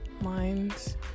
Minds